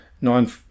nine